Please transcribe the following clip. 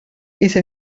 ese